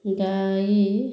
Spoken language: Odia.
ଗାଈ